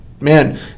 man